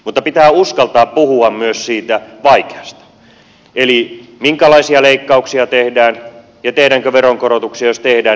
mutta pitää uskaltaa puhua myös siitä vaikeasta eli siitä minkälaisia leikkauksia tehdään ja tehdäänkö veronkorotuksia ja jos tehdään niin minkälaisia